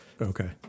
Okay